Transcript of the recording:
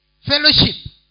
fellowship